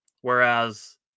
Whereas